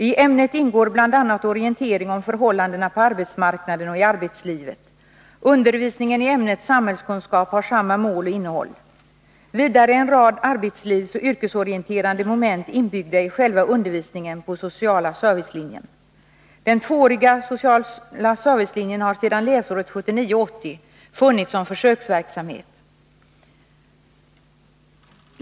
I ämnet ingår bl.a. orientering om förhållanden på arbetsmarknaden och i arbetslivet. Undervisningen i ämnet samhällskunskap har samma mål och innehåll. Vidare är en rad arbetslivsoch yrkesorienterande moment inbyggda i själva undervisningen på Ss-linjen. Den tvååriga Ss-linjen har sedan läsåret 1979/80 funnits som försöksverksamhet.